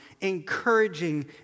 encouraging